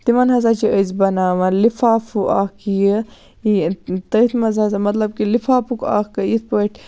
تِمَن ہَسا چھِ أسۍ بَناوان لِفافوٗ اکھ یہِ تٔتھۍ مَنٛز ہَسا مَطلَب کہِ لِفافُک اکھ یِتھ پٲٹھۍ